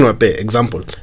Example